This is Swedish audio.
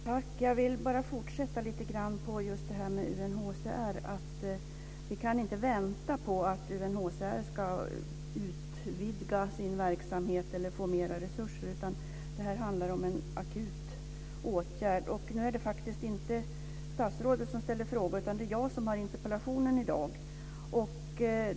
Fru talman! Jag vill bara fortsätta lite grann just med det här med UNHCR. Vi kan inte vänta på att UNHCR ska utvidga sin verksamhet eller få mera resurser, utan det här handlar om en akut åtgärd. Nu är det faktiskt inte statsrådet som ställer frågor, utan det är jag som har interpellationen i dag.